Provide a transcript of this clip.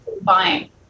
buying